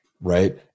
Right